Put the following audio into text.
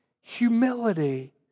humility